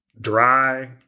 dry